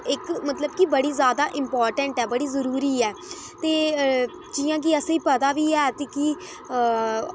इक मतलब कि बड़ी ज्यादा इम्पार्टैंट ऐ बड़ी जरूरी ऐ ते जि'यां के असें पता ऐ